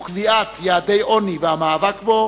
וקביעת יעדי עוני והמאבק בו